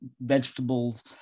vegetables